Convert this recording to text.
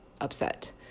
upset